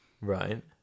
Right